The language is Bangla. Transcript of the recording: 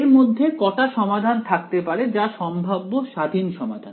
এর মধ্যে কটা সমাধান থাকতে পারে যা সম্ভাব্য স্বাধীন সমাধান